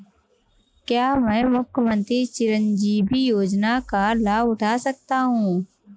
क्या मैं मुख्यमंत्री चिरंजीवी योजना का लाभ उठा सकता हूं?